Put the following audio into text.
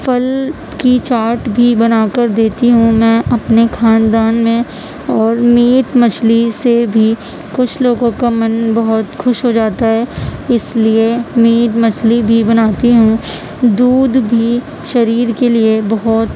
پھل کی چاٹ بھی بنا کر دیتی ہوں میں اپنے خاندان میں اور میٹ مچھلی سے بھی کچھ لوگوں کا من بہت خوش ہو جاتا ہے اس لیے میٹ مچھلی بھی بناتی ہوں دودھ بھی شریر کے لیے بہت